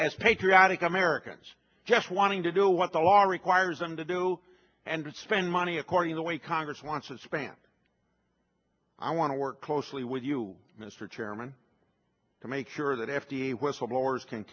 as patriotic americans just wanting to do what the law requires them to do and spend money according the way congress wants to spend i want to work closely with you mr chairman to make sure that f d a whistleblowers can